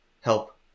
help